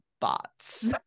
bots